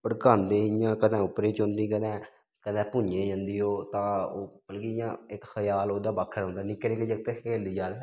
पड़कानदे इ'यां कदें उप्परै झूमदी कदै कदै भुञै जन्दी ओह् तां ओह् बल्के इ'यां इक ख्याल ओह्दा बक्ख रौंह्दा निक्के निक्के जागत खेलदे ज्यादा